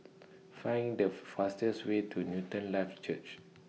Find The fastest Way to Newton Life Church